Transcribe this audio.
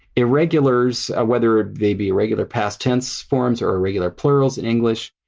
irregulars, ah whether ah they be irregular past tense forms or irregular plurals in english,